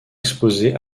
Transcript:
exposé